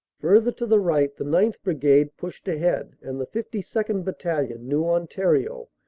further to the right, the ninth. brigade pushed ahead, and the fifty second. battalion, new ontario,